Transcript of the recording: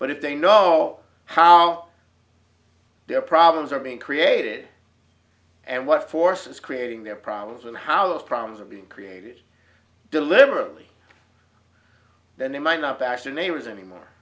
but if they know how their problems are being created and what forces creating their problems and how those problems are being created deliberately then they might not actually neighbors anymore